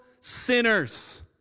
sinners